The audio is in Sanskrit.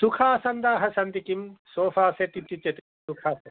सुखासन्दाः सन्ति किं सोफ़ा सेट् इत्युच्यते सोफ़ा से